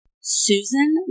Susan